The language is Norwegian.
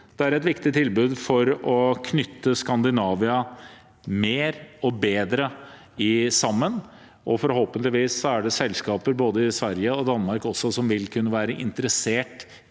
Det er et viktig tilbud for å knytte Skandinavia bedre sammen, og forhåpentligvis er det også selskaper i både Sverige og Danmark som vil kunne være interesserte